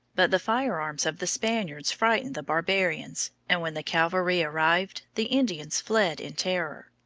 but the firearms of the spaniards frightened the barbarians, and when the cavalry arrived the indians fled in terror.